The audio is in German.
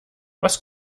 was